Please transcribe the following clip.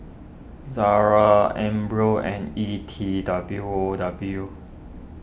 Zara Ambros and E T W O W